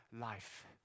life